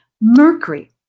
Mercury